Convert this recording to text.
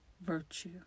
virtue